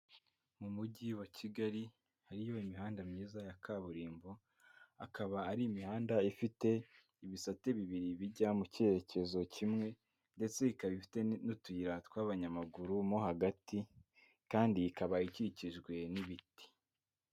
Mu mujyi wa Kigali hariyo imihanda myiza ya kaburimbo, akaba ari imihanda ifite ibisate bibiri bijya mu cyerekezo kimwe ndetse ikaba ifite n'utuyira tw'abanyamaguru mo hagati kandi ikaba ikikijwe n'ibiti.